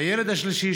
הילד השלישי,